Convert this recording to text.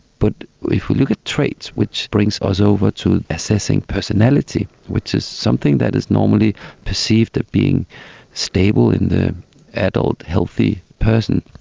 but if we look at traits which brings us over to assessing personality, which is something that is normally perceived as being stable in the adult healthy person,